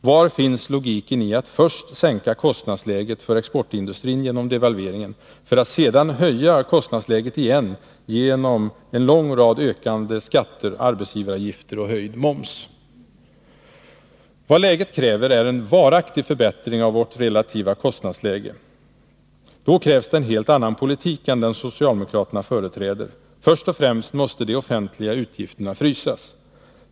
Var finns logiken i att först sänka kostnadsläget för exportindustrin genom devalveringen, för att sedan höja det igen genom en lång rad av ökade arbetsgivaravgifter och höjd moms? Vad läget kräver är en varaktig förbättring av vårt relativa kostnadsläge. Då krävs det en helt annan politik än den socialdemokraterna företräder. Först och främst måste de offentliga utgifterna frysas.